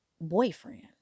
boyfriend